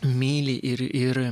myli ir ir